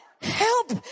help